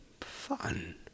fun